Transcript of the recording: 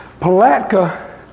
Palatka